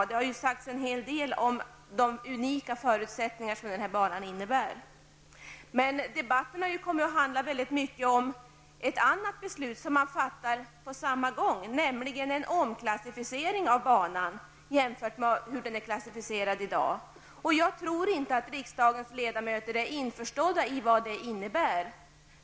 Det har sagts en hel del om de unika förutsättningar som banan innebär. Men debatten har kommit att handla mycket om ett annat beslut som man fattar på samma gång, nämligen en omklassificering av banan jämfört med hur den är klassificerad i dag. Jag tror inte att riksdagens ledamöter är införstådda med vad det innebär.